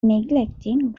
neglecting